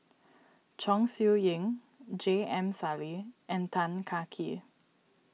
Chong Siew Ying J M Sali and Tan Kah Kee